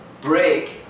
break